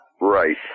Right